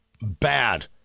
bad